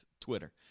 Twitter